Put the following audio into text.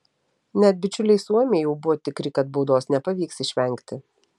net bičiuliai suomiai jau buvo tikri kad baudos nepavyks išvengti